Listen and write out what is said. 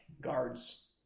guards